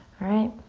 alright?